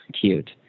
cute